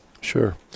Sure